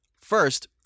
First